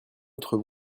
autre